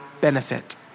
benefit